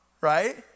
right